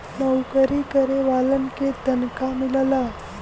नऊकरी करे वालन के तनखा मिलला